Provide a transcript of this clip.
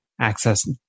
access